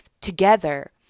together